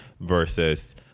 Versus